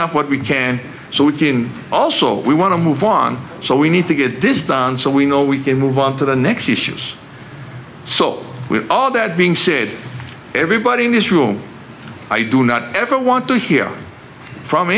up what we can so we can also we want to move on so we need to get this done so we know we can move on to the next issues so we all that being said everybody in this room i do not ever want to hear from